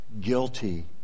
guilty